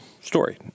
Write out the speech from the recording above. story